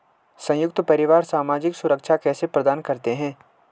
संयुक्त परिवार सामाजिक सुरक्षा कैसे प्रदान करते हैं?